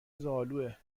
زالوئه